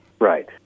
Right